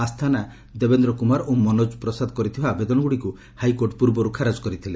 ଆସ୍ଥାନା ଦେବେନ୍ଦ୍ର କୁମାର ଓ ମନୋଜ ପ୍ରସାଦ କରିଥିବା ଆବେଦନଗୁଡ଼ିକୁ ହାଇକୋର୍ଟ ପୂର୍ବରୁ ଖାରଜ କରିଥିଲେ